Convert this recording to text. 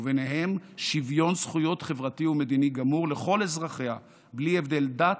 וביניהם שוויון זכויות חברתי ומדיני גמור לכל אזרחיה בלי הבדל דת,